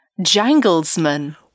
Janglesman